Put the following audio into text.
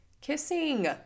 Kissing